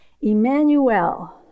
Emmanuel